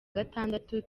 gatandatu